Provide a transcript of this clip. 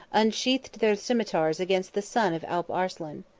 unsheathed their cimeters against the son of alp arslan.